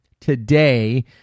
today